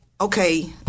okay